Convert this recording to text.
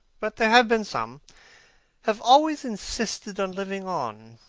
but there have been some have always insisted on living on,